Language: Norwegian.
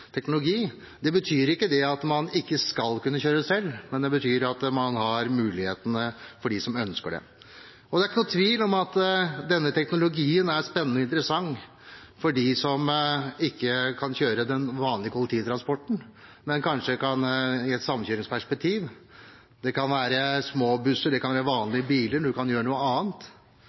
teknologi. Det betyr ikke at man ikke skal kunne kjøre selv, men det betyr at man har andre muligheter – for dem som ønsker det. Det er ingen tvil om at denne teknologien er spennende og interessant for dem som ikke kan kjøre med den vanlige kollektivtransporten, men kanskje kan være med på samkjøring – det kan være små busser, det kan være vanlige biler, man kan gjøre noe annet.